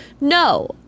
No